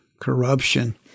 corruption